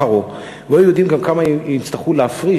והיו יודעים גם כמה הם יצטרכו להפריש